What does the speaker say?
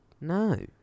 no